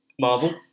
Marvel